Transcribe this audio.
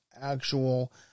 actual